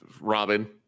robin